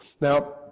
Now